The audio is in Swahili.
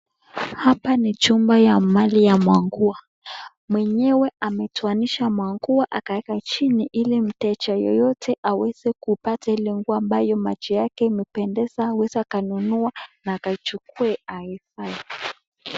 Hapa ni chumba ya mali ya manguo. Mwenyewe ametoanisha mwangua akaweka chini ili mteja yeyote aweze kupata ile nguo ambayo macho yake imependeza aweze akanunua na akaichukue aivae.